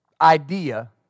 idea